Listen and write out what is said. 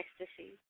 ecstasy